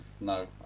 no